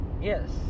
Yes